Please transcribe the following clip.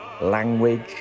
language